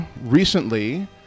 recently